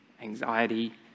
anxiety